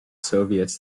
soviets